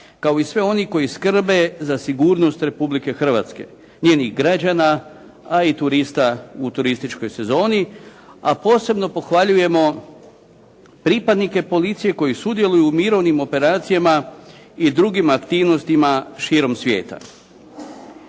kao i sve one koji skrbe za sigurnost Republike Hrvatske, njenih građana, a i turista u turističkoj sezoni, a posebno pohvaljujemo pripadnike policije koji sudjeluju u mirovnim operacijama i drugim aktivnostima širom svijeta.